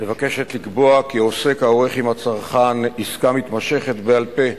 מבקשת לקבוע כי עוסק העורך עם הצרכן עסקה מתמשכת בעל-פה